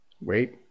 Wait